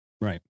Right